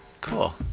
Cool